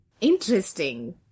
Interesting